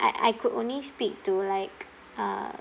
I I could only speak to like uh